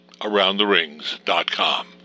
aroundtherings.com